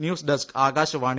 news desk Akashvani